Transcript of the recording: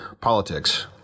politics